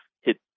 hit